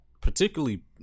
Particularly